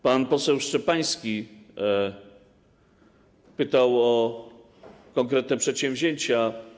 Pan poseł Szczepański pytał o konkretne przedsięwzięcia.